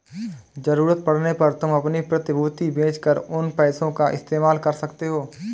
ज़रूरत पड़ने पर तुम अपनी प्रतिभूति बेच कर उन पैसों का इस्तेमाल कर सकते हो